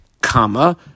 comma